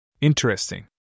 Interesting